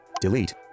Delete